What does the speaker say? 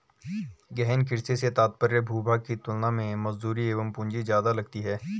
गहन कृषि से तात्पर्य भूभाग की तुलना में मजदूरी एवं पूंजी ज्यादा लगती है